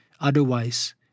Otherwise